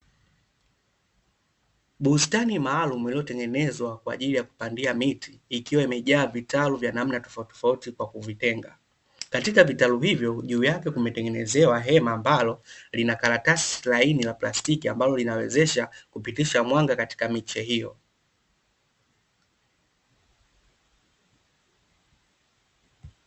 Bustani maalumu iliyotengenezwa kwa ajili ya kupandia miti ikiwa imejaa vitalu vya namna tofauti tofauti kwa kuvitenga. Katika vitalu hivyo juu yake kumetengenezewa hema ambalo lina karatasi laini la plastiki ambalo linawezesha kupitisha mwanga katika miche hiyo.